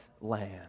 land